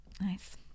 Nice